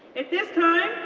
at this time,